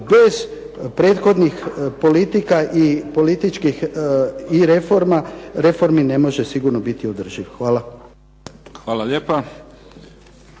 bez prethodnih politika i političkih i reformi ne može sigurno biti održiv. Hvala. **Mimica,